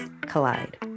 collide